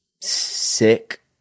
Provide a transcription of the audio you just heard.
sick